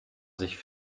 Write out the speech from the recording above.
sich